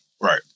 Right